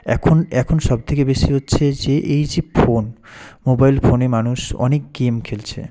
এখন এখন সব থেকে বেশি হচ্ছে যে এই যে ফোন মোবাইল ফোনে মানুষ অনেক গেম খেলছে